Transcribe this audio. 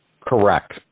Correct